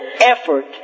effort